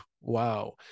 Wow